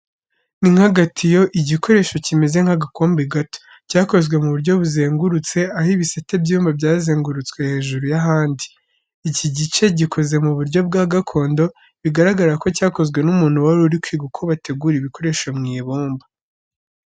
Ni nk'agatiyo, igikoresho kimeze nk’agakombe gato, cyakozwe mu buryo buzengurutse, aho ibisate by’ibumba byazengurutswe hejuru y’ahandi. Iki gice gikoze mu buryo bwa gakondo, bigaragara ko cyakozwe n’umuntu wari uri kwiga uko bategura ibikoresho mu ibumba.